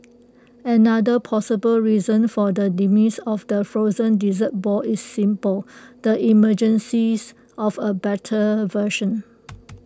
another plausible reason for the demise of the frozen dessert ball is simple the emergence of A better version